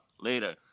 Later